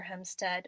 hemstead